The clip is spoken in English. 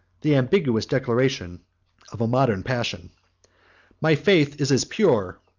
the ambiguous declaration of a modern passion my faith is as pure,